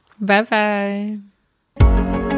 Bye-bye